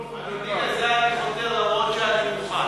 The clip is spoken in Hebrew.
אדוני, לזה אני חותר, אף שאני מוכן.